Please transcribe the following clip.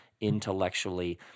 intellectually